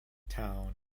town